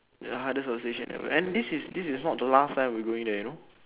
ya that's outstation yeah and this is this not the last time we're going there you know